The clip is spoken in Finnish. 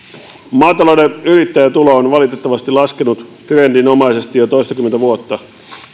maatalouden yrittäjätulo on valitettavasti laskenut trendinomaisesti jo toistakymmentä vuotta